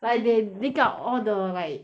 like they dig out all the like